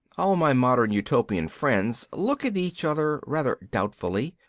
all my modern utopian friends look at each other rather doubtfully,